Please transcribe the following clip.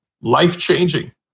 life-changing